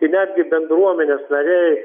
tai netgi bendruomenės nariai